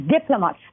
diplomats